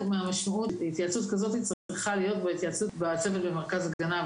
התייעצות כזאת צריכה להיות התייעצות בצוות במרכז הגנה.